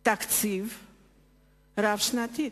תקציב רב-שנתי.